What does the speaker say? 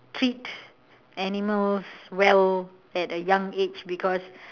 treat animals well at a young age because